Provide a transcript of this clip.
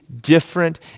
different